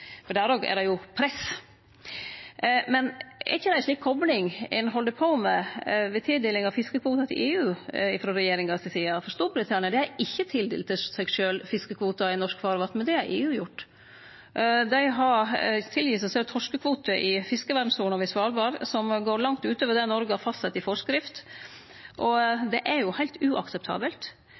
er det press. Men er det ikkje ei slik kopling ein held på med ved tildeling av fiskekvotar til EU frå regjeringa si side? Storbritannia har ikkje tildelt seg sjølv fiskekvotar i norsk farvatn, men det har EU gjort. Dei har tildelt seg sjølv torskekvote i fiskevernsona ved Svalbard som går langt utover det Noreg har fastsett i forskrift. Det er heilt uakseptabelt